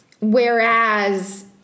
Whereas